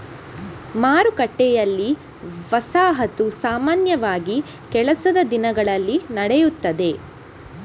ಮಾರುಕಟ್ಟೆಯಲ್ಲಿ, ವಸಾಹತು ಸಾಮಾನ್ಯವಾಗಿ ಕೆಲಸದ ದಿನಗಳಲ್ಲಿ ನಡೆಯುತ್ತದೆ